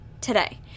today